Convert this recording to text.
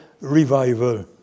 revival